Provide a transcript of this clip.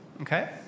Okay